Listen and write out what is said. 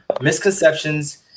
misconceptions